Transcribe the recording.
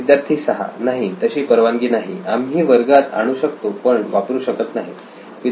विद्यार्थी 6 नाही तशी परवानगी नाही आम्ही वर्गात आणू शकतो पण वापरू शकत नाही